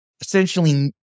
essentially